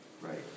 Right